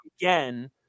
again